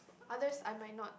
others I might not